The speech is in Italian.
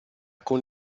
con